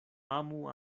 amu